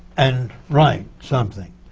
and write something.